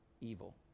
evil